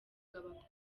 bw’abakozi